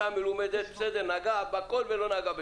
מלומדת, נגע בהכול ולא נגע בכלום.